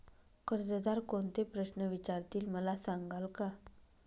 कर्जदार कोणते प्रश्न विचारतील, मला सांगाल का?